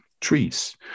trees